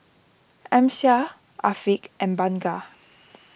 Amsyar Afiq and Bunga